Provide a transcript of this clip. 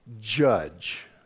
Judge